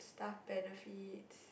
staff benefits